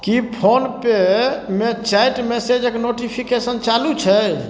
की phone पेमे chat मैसेजके notification चालू छै